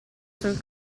sul